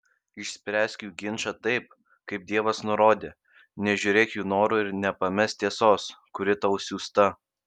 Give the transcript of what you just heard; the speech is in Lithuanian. išspręsk jų ginčą taip kaip dievas nurodė nežiūrėk jų norų ir nepamesk tiesos kuri tau siųsta